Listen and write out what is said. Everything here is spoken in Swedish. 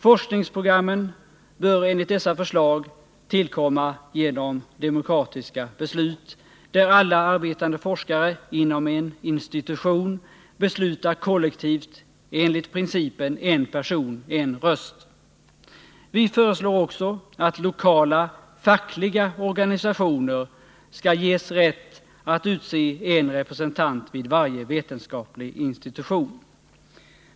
Forskningsprogrammen bör enligt dessa förslag tillkomma genom demokratiska beslut, där alla arbetande forskare inom en institution beslutar kollektivt enligt principen en person en röst. Vi föreslår också att lokala fackliga organisationer skall ges rätt att utse en representant vid varje vetenskaplig institution.